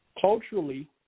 culturally